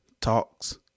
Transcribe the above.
Talks